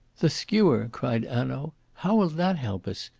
the skewer! cried hanaud. how will that help us?